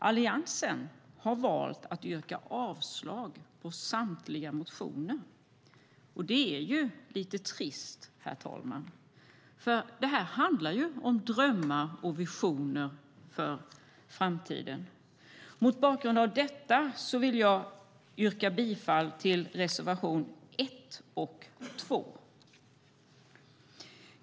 Alliansen har valt att yrka avslag på samtliga motioner. Det är lite trist, herr talman, för det handlar ju om drömmar och visioner för framtiden. Mot bakgrund av detta vill jag yrka bifall till reservation 1 och 2.